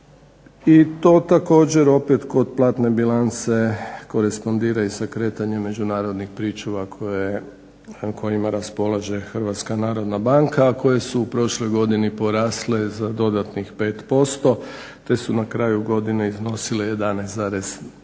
I to također opet kod platne bilance korespondira i sa kretanjem međunarodnih pričuva koje kojima raspolaže HNB, a koje su u prošloj godini porasle za dodatnih 5% te su na kraju godine iznosile 11,2